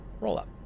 roll-up